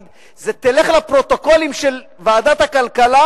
זה: תלך לפרוטוקולים של ועדת הכלכלה.